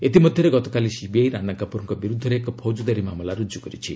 ଇତିମଧ୍ୟରେ ଗତକାଲି ସିବିଆଇ ରାନା କାପୁର୍ଙ୍କ ବିରୁଦ୍ଧରେ ଏକ ଫୌଜଦାରୀ ମାମଲା ରୁଜୁ କରିଛି